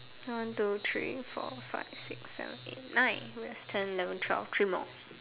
one two three four five six seven eight nine we have ten eleven twelve three more